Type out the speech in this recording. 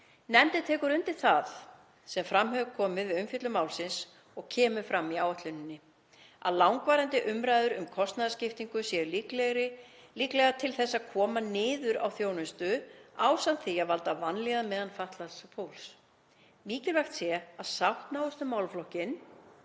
Nefndin tekur undir það, sem fram kom við umfjöllun málsins og kemur fram í áætluninni, að langvarandi umræður um kostnaðarskiptingu séu líklegar til þess að koma niður á þjónustu ásamt því að valda vanlíðan meðal fatlaðs fólks. Mikilvægt sé að sátt náist um málaflokkinn